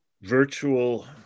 virtual